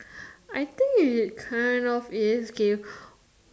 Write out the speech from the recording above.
I think it kind of is okay